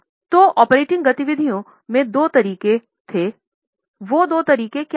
तो ऑपरेटिंग गतिविधियों में दो तरीके थे वो दो तरीके क्या थे